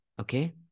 Okay